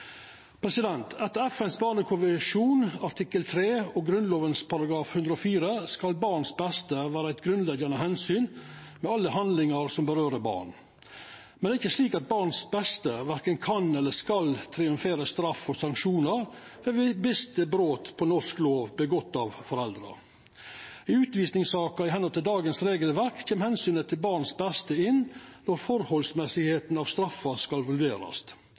Etter FNs barnekonvensjon artikkel 3 og Grunnloven § 104 skal barns beste vera eit grunnleggjande omsyn ved alle handlingar som gjeld barn. Men det er ikkje slik at barns beste verken kan eller skal triumfera straff og sanksjonar ved bevisste brot på norsk lov utført av foreldra. I utvisingssaker, i tråd med dagens regelverk, kjem omsynet til barns beste inn når det forholdsmessige ved straffa skal